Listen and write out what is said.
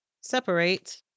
separate